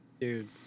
Dude